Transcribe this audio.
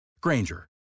Granger